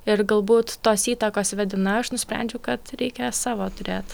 ir galbūt tos įtakos vedina aš nusprendžiau kad reikia savo turėt